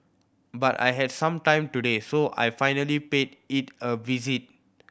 but I had some time today so I finally paid it a visit